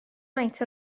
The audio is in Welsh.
maint